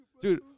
Dude